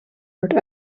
wordt